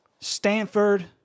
Stanford